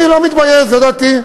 אני לא מתבייש, זו דעתי.